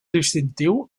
distintiu